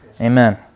Amen